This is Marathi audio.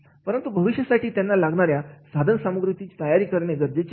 परंतु भविष्यासाठी त्यांना लागणाऱ्या साधनसामग्रीची तयारी करणे गरजेचे असते